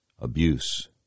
Abuse